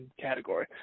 category